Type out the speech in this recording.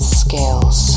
skills